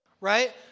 Right